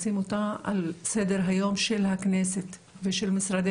לשים אותה על סדר היום של הכנסת ושל משרדי